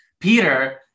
Peter